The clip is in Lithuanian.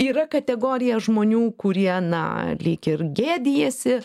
yra kategorija žmonių kurie na lyg ir gėdijasi